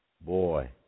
Boy